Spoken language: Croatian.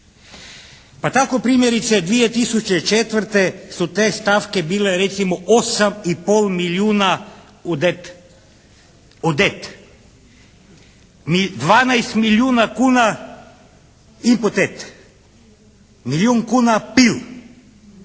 Pa tako primjerice 2004. su te stavke bile recimo 8,5 milijuna "ODET", 12 milijuna kuna "INPOTET", milijuna kuna